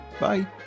Bye